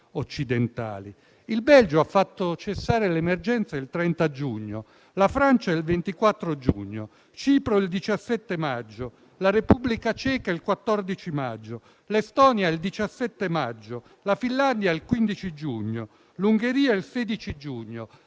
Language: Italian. occidentali: il Belgio ha fatto cessare l'emergenza il 30 giugno; Cipro il 17 maggio; la Repubblica Ceca il 14 maggio; l'Estonia il 17 maggio; la Finlandia il 15 giugno; l'Ungheria il 16 giugno;